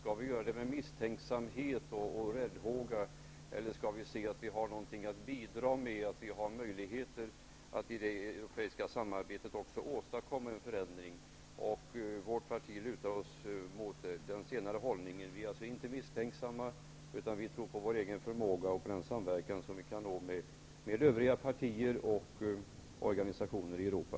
Skall vi göra det med misstänksamhet och räddhåga, eller skall vi se det som att vi har något att bidra med och att vi har möjligheter i det europeiska samarbetet att också åstadkomma en förändring? Vårt parti lutar sig mot den senare hållningen. Vi är alltså inte misstänksamma, utan vi tror på vår egen förmåga och på den samverkan som vi kan nå med övriga partier och organisationer i Europa.